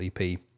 EP